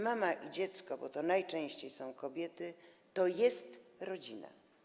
Mama i dziecko, bo to najczęściej są kobiety, to jest rodzina.